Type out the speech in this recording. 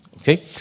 Okay